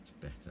better